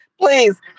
Please